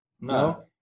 No